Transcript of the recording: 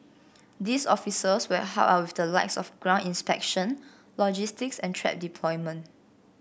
these officers will help out with the likes of ground inspection logistics and trap deployment